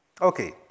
Okay